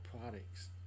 products